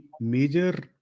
major